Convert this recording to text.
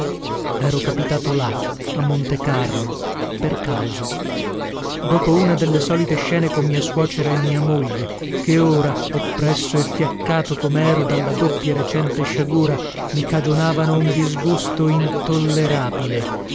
ero capitato là a montecarlo per caso dopo una delle solite scene con mia suocera e mia moglie che ora oppresso e fiaccato comero dalla doppia recente sciagura mi cagionavano un disgusto intollerabile